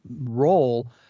role